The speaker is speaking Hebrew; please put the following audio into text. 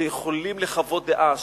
שיכולים לחוות דעה,